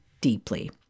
deeply